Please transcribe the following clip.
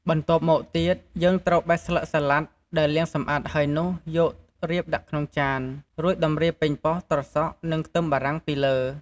បន្ទាប់មកទៀត យើងត្រូវបេះស្លឹកសាឡាត់ដែលលាងសម្អាតហើយនោះយករៀបដាក់ក្នុងចាន រួចតម្រៀបប៉េងប៉ោះ ត្រសក់ និងខ្ទឹមបារាំងពីលើ។